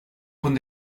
punt